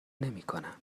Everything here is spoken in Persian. نمیکنم